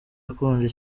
akonje